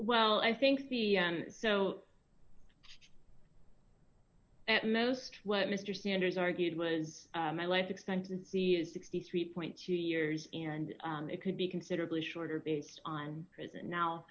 well i think the and so at most what mr sanders argued was my life expectancy is sixty three point two years and it could be considerably shorter based on prison now